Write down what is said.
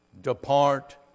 depart